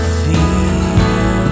feel